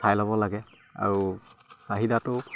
চাই ল'ব লাগে আৰু চাহিদাটো